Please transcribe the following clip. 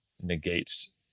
negates